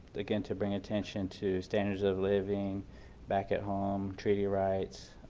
again to bring attention to standards of living back at home, treaty rights,